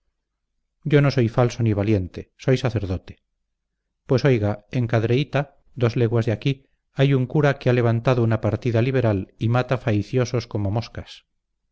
yo no soy falso ni valiente soy sacerdote pues oiga en cadreita dos leguas de aquí hay un cura que ha levantado una partida liberal y mata faiciosos como moscas